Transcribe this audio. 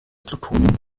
plutonium